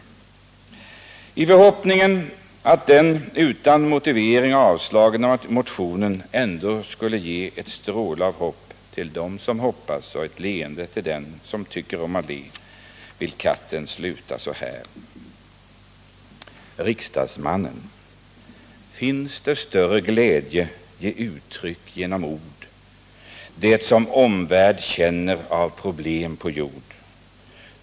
I förhoppning om att den utan motivering avslagna motionen ändå skulle ge ensstråle av hopp till dem som hoppas och ett leende till dem som tycker om att le vill katten sluta så här: Finns det större glädje ge uttryck genom ord det som omvärld känner av problem på jord.